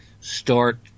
Start